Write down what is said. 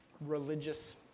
religious